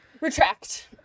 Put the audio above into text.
retract